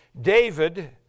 David